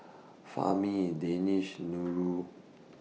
Fahmi in Danish Nurul